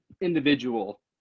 individual